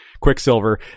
Quicksilver